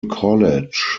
college